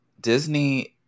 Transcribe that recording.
Disney